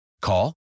Call